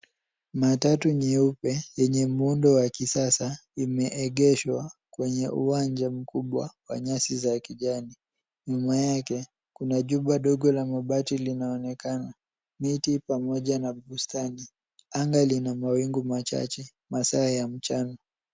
Matatu nyeupe yenye muundo wa kisasa imeegeshwa kwenye uwanja mkubwa wa nyasi za kijani. Nyuma yake kuna jumba ndogo la mabati linaonekana, miti pamoja na bustani. Anga lina mawingu machache, masaa ya mchana.